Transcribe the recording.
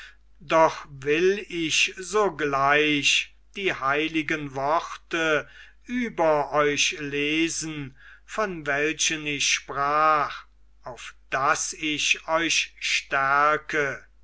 doch will ich sogleich die heiligen worte über euch lesen von welchen ich sprach auf daß ich euch stärke